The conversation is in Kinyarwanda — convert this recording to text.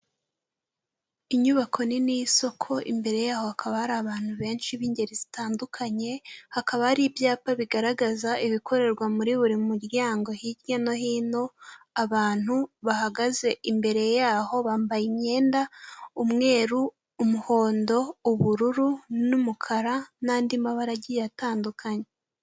Inyubako nini y'isoko, imbere yaho hakaba hari abantu benshi b'ingeri zitandukanye, hakaba hari ibyapa bigaragaza ibikorerwa muri buri muryango hirya no hino, abantu bahagaze imbere yaho bambaye imyenda, umweru, umuhondo, ubururu, n'umukara n'andi mabara agiye atandukanye.